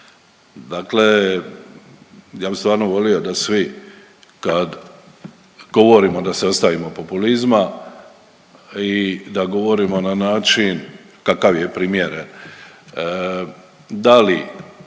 Dakle, ja bi stvarno volio da svi kad govorimo da se ostavimo populizma i da govorimo na način kakav je primjeren, da li